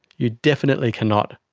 you definitely cannot.